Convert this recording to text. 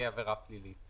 כעבירה פלילית.